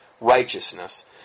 righteousness